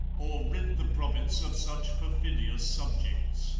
or rid the province of such perfidious subjects